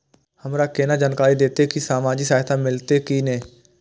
हमरा केना जानकारी देते की सामाजिक सहायता मिलते की ने?